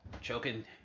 choking